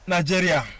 Nigeria